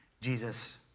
Jesus